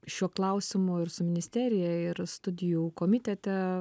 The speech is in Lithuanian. šiuo klausimu ir su ministerija ir studijų komitete